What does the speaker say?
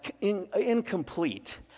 incomplete